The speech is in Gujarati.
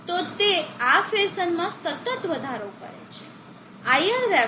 તો તે આ ફેશનમાં સતત વધારો કરે છે